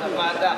ועדה.